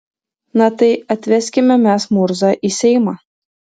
na tai atveskime mes murzą į seimą